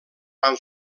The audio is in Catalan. van